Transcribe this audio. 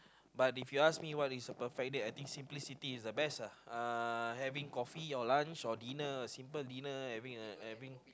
but if you ask me what is a perfect date I think simply sitting is the best uh having coffee or lunch or dinner simple dinner having a having